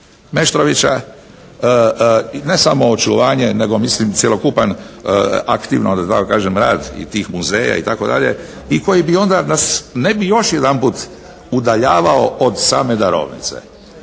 Meštrovića ne samo očuvanje nego mislim cjelokupan aktivan da tako kažem rad i tih muzeja itd. i koji bi onda nas, ne bi još jedanput udaljavao od same darovnice.